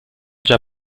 già